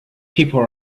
people